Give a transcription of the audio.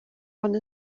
one